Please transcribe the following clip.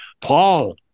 Paul